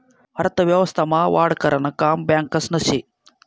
अर्थव्यवस्था मा वाढ करानं काम बॅकासनं से